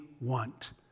want